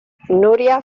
nuria